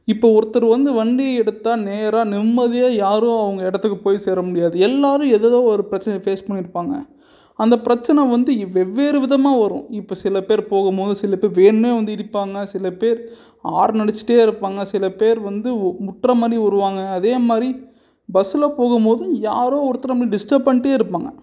இப்போது ஒருத்தர் வந்து வண்டியை எடுத்தால் நேராக நிம்மதியாக யாரோ அவங்க இடத்துக்கு போய் சேர முடியாது எல்லாரும் ஏதேதோ ஒரு பிரச்சனையை ஃபேஸ் பண்ணியிருப்பாங்க அந்த பிரச்சனை வந்து இவ் வெவ்வேறு விதமாக வரும் இப்போ சில பேர் போகும்போது சில பேர் வேணும்னே வந்து இடிப்பாங்க சில பேர் ஹாரன் அடிச்சிகிட்டே இருப்பாங்க சில பேர் வந்து முட்டுற மாதிரி வருவாங்க அதே மாதிரி பஸ்ஸில் போகும்போது யாரோ ஒருத்தர் நம்மள டிஸ்டர்ப் பண்ணிகிட்டே இருப்பாங்க